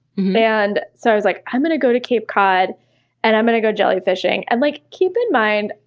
and so i was like, i'm going to go to cape cod and i'm going to go jellyfishing. and like keep in mind.